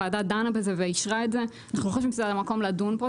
הוועדה דנה בזה ואישרה את זה ואנחנו לא חושבים שזה המקום לדון בו,